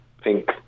pink